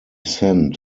sent